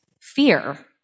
fear